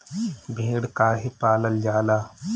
भेड़ काहे पालल जाला?